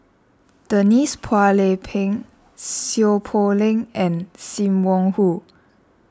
Denise Phua Lay Peng Seow Poh Leng and Sim Wong Hoo